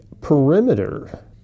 perimeter